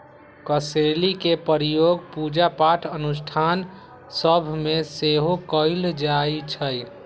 कसेलि के प्रयोग पूजा पाठ अनुष्ठान सभ में सेहो कएल जाइ छइ